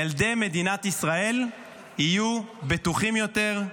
ילדי מדינת ישראל יהיו בטוחים יותר.